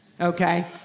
okay